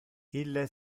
ille